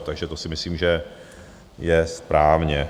Takže to si myslím, že je správně.